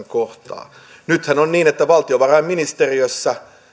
kohtaa nythän on niin että valtiovarainministeriössä